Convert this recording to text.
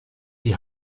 die